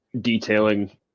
detailing